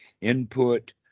input